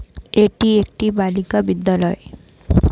এটি একটি বালিকা বিদ্যালয়